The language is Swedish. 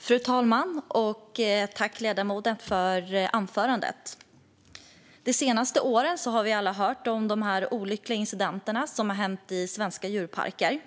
Fru talman! Tack, ledamoten, för anförandet! De senaste åren har vi alla hört om olyckliga incidenter i svenska djurparker.